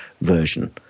version